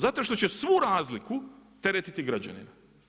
Zato što će svu razliku teretiti građanina.